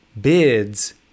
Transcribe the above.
bids